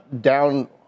down